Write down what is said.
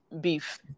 beef